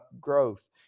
growth